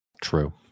True